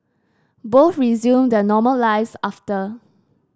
both resumed their normal lives after